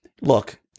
Look